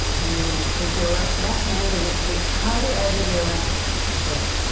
then you're gonna take your left hand bring it to the outer edge of your left foot.